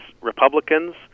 Republicans